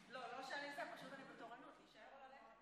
אני מחדש את ישיבת הכנסת ומודיע,